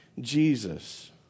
Jesus